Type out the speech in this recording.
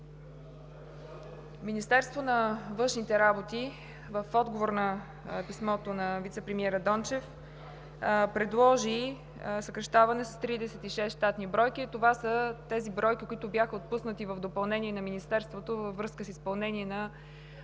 Министерството на външните работи в отговор на писмото на вицепремиера Дончев предложи съкращаване с 36 щатни бройки. Това са тези бройки, които бяха отпуснати в допълнение на Министерството, във връзка с изпълнение на